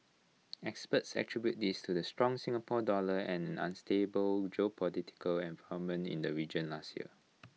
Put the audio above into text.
experts attribute this the strong Singapore dollar and an unstable geopolitical environment in the region last year